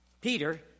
Peter